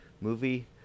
movie